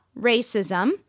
racism